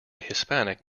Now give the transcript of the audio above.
hispanic